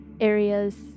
areas